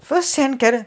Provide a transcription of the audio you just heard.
firsthand